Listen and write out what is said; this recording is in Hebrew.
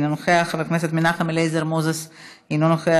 אינו נוכח,